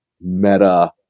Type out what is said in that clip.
meta